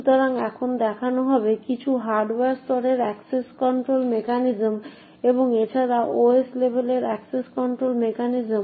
সুতরাং এখন দেখা হবে কিছু হার্ডওয়্যার স্তরের অ্যাক্সেস কন্ট্রোল মেকানিজম এবং এছাড়াও OS level access control mechanism